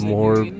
More